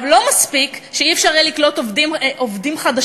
לא מספיק שלא יהיה אפשר לקלוט עובדים חדשים,